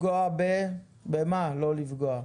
ובמה לא לפגוע?